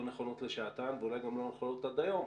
נכונות לשעתן ואולי גם לא נכונות עד היום,